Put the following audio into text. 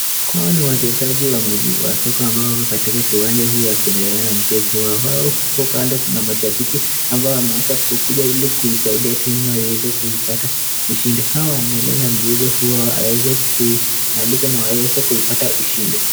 Hawa ni wachezaji wa mpira wa soka ambao wako katika kiwanja hii wakiendelea ma mchezo wao, wao uko Kando kuna mashabiki ambao wameweza kukuja ili kusaidia timu hiyo iweze kuipata ushindi. Hawa wanaendelea na mchezo huo ili waeze kuimaliza na waeze kuipata ushindi.